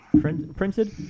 Printed